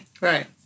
Right